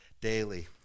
daily